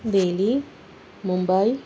Delhi Mumbai